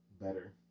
Better